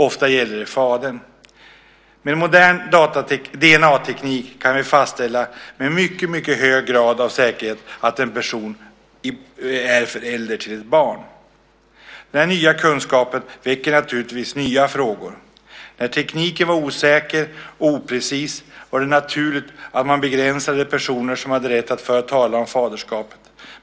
Ofta gällde det fadern. Med modern DNA-teknik kan vi med en mycket hög grad av säkerhet fastställa att en person är förälder till ett barn. Denna nya kunskap väcker naturligtvis nya frågor. När tekniken var osäker och oprecis var det naturligt att man begränsade antalet personer som hade rätt att föra talan om faderskap.